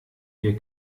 wir